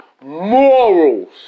morals